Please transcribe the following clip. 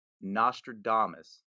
Nostradamus